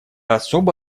особо